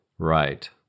Right